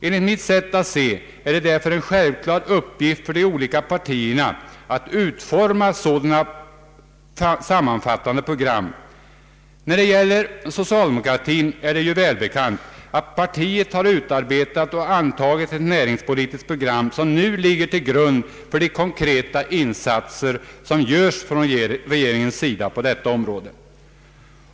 Enligt mitt sätt att se är det därför en självklar uppgift för de olika partierna att utforma sådana sammanfattande program. När det gäller socialdemokratin är det ju välbekant att partiet har utarbetat och antagit ett näringspolitiskt program, som nu ligger till grund för de konkreta insatser som görs från regeringens sida på detta område.